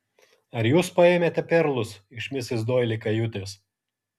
ar jūs paėmėte perlus iš misis doili kajutės